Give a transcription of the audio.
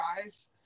guys